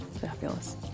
Fabulous